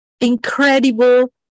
incredible